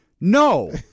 No